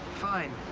fine.